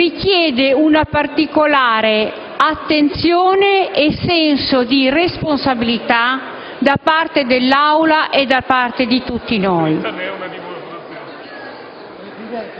richiede una particolare attenzione e senso di responsabilità da parte dell'Assemblea e di ciascuno